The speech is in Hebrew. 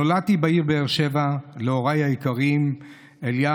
נולדתי בעיר באר שבע להוריי היקרים אליהו,